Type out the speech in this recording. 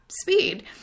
speed